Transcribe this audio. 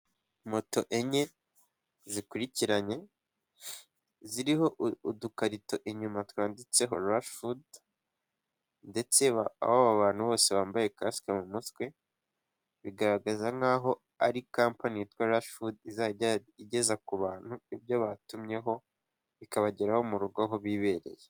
Moto enye zikurikiranye, ziriho udukarito inyuma twanditseho Rashi Fudu, ndetse aho abo bantu bose bambaye kasike mu mutwe, bigaragaza nkaho ari Kampani yitwa Rashi Fudu izajya igeza ku bantu ibyo batumyeho, bikabageraho mu rugo aho bibereye.